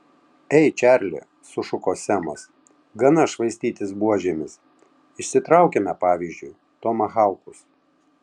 ei čarli sušuko semas gana švaistytis buožėmis išsitraukiame pavyzdžiui tomahaukus